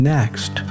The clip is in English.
Next